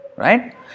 right